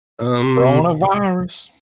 Coronavirus